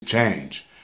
change